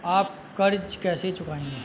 आप कर्ज कैसे चुकाएंगे?